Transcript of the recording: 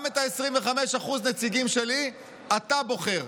גם את 25% מהנציגים שלי אתה בוחר.